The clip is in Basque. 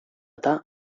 eta